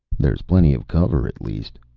there's plenty of cover, at least,